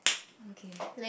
okay